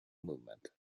movement